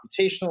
computational